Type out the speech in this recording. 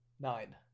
nine